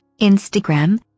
Instagram